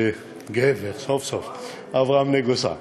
וגבר, סוף-סוף, אברהם נגוסה.